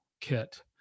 Kit